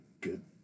good